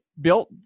built